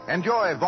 Enjoy